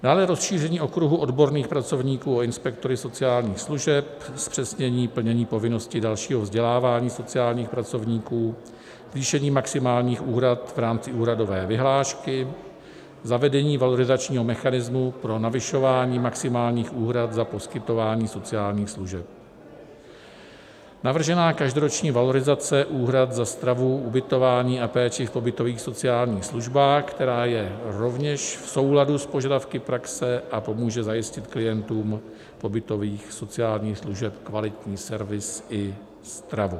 Dále rozšíření okruhu odborných pracovníků o inspektory sociálních služeb, zpřesnění plnění povinnosti dalšího vzdělávání sociálních pracovníků, zvýšení maximálních úhrad v rámci úhradové vyhlášky, zavedení valorizačního mechanismu pro navyšování maximálních úhrad za poskytování sociálních služeb, navržená každoroční valorizace úhrad za stravu, ubytování a péči v pobytových sociálních službách, která je rovněž v souladu s požadavky praxe a pomůže zajistit klientům pobytových sociálních služeb kvalitní servis i stravu.